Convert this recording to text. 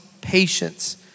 patience